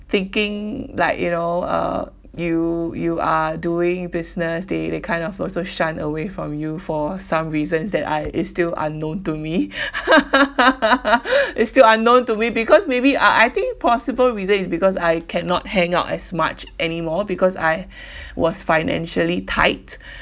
thinking like you know uh you you are doing business they they kind of also shun away from you for some reasons that I is still unknown to me it's still unknown to me because maybe I I think possible reason is because I cannot hang out as much anymore because I was financially tight